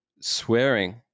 swearing